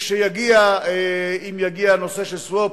לכשיגיע, אם יגיע הנושא של swap,